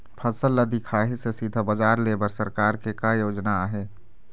फसल ला दिखाही से सीधा बजार लेय बर सरकार के का योजना आहे?